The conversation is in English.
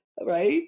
right